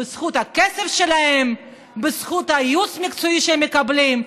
בזכות הכסף שלהם ובזכות הייעוץ המקצועי שהם מקבלים.